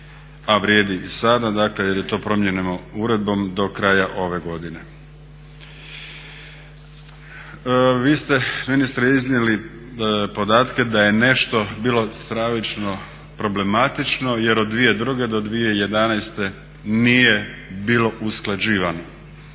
a vrijedi i sada, dakle jer je to promijenjeno uredbom do kraja ove godine. Vi ste ministre iznijeli podatke da je nešto bilo stravično problematično jer od 2002. do 2011. nije bilo usklađivano.